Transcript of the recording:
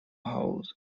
house